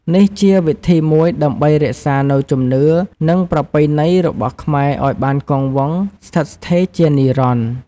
នេះជាវិធីមួយដើម្បីរក្សានូវជំនឿ និងប្រពៃណីរបស់ខ្មែរឱ្យបានគង់វង្សស្ថិតស្ថេរជានិរន្តរ៍។